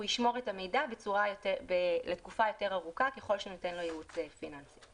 ישמור את המידע לתקופה יותר ארוכה ככל שניתן לו ייעוץ פיננסי.